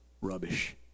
rubbish